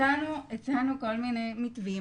הצענו כל מיני מתווים,